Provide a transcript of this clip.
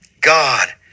God